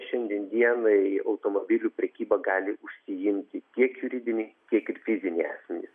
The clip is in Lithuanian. šiandien dienai automobilių prekyba gali užsiimti tiek juridiniai tiek ir fiziniai asmenys